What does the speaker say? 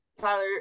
Tyler